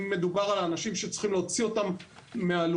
אם מדובר על אנשים שצריכים להוציא אותם מהלולים